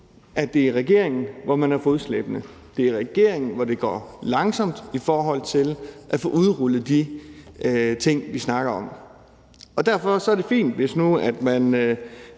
at det er en regering, hvor man er fodslæbende. Det er en regering, hvor det går langsomt i forhold til at få udrullet de ting, vi snakker om, og derfor er det fint, hvis nu man